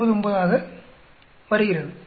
1859 ஆக வருகிறது